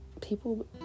people